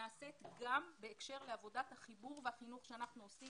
נעשית גם בהקשר לעבודת החיבור והחינוך שאנחנו עושים.